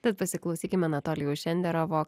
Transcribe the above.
tad pasiklausykime anatolijaus šenderovo